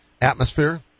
atmosphere